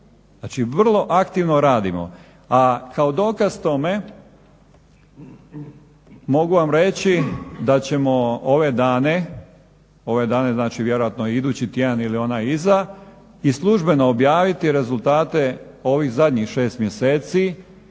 vrlo aktivno radimo, a kao dokaz tome mogu vam reći da ćemo ove dane, ove dane, znači vjerojatno i idući tjedan ili onaj iza, i službeno objaviti rezultate ovih zadnjih 6 mjeseci.